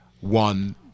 One